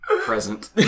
Present